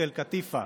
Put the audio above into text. תל קטיפא,